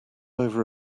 over